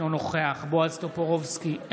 אינו נוכח בועז טופורובסקי,